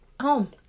home